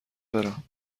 برم